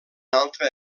altre